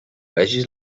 vegis